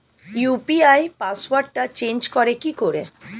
UPI পাসওয়ার্ডটা change করে কি করে?